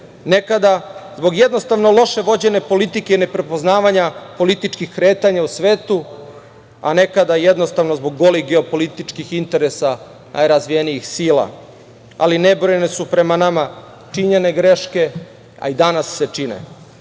nekada zbog, jednostavno, loše vođene politike i ne prepoznavanja političkih kretanja u svetu, a nekada jednostavno zbog golih geopolitičkih interesa, najrazvijenijih sila, ali nebrojeno su prema nama činjene greške, a i danas se čine.